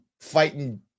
fighting